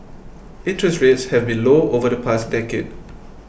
interest rates have been low over the past decade